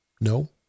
no